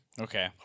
Okay